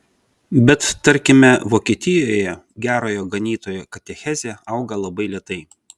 bet tarkime vokietijoje gerojo ganytojo katechezė auga labai lėtai